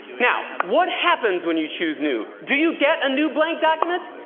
now, what happens when you choose new? do you get a new blank document?